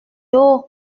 haut